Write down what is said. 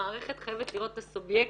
המערכת חייבת לראות את הסובייקט.